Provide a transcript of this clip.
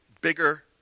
bigger